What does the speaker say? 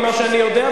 ממה שאני יודע,